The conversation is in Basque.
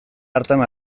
hartan